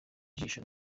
ijisho